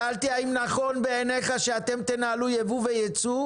אני שאלתי אם נכון בעיניך שאתם תנהלו ייבוא וייצוא,